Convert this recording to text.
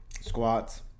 squats